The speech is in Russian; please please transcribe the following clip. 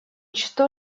что